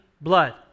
blood